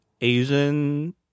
Asian